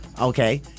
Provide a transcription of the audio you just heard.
Okay